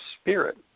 spirit